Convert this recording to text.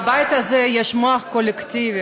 בבית הזה יש מוח קולקטיבי,